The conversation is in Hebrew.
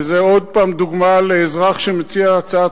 וזו עוד פעם דוגמה לאזרח שמציע הצעת